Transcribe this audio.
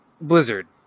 Blizzard